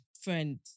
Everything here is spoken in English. friend